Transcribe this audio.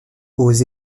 aux